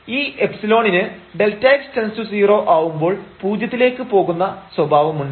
ഈ ϵ ന് Δx→0 ആവുമ്പോൾ പൂജ്യത്തിലേക്ക് പോകുന്ന സ്വഭാവമുണ്ട്